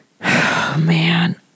man